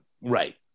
Right